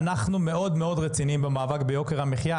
אנחנו מאוד מאוד רציניים במאבק ביוקר המחייה,